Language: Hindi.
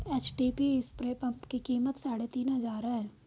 एचटीपी स्प्रे पंप की कीमत साढ़े तीन हजार है